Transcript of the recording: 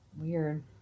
Weird